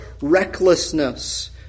recklessness